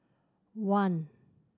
one